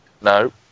No